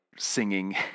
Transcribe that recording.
singing